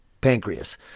pancreas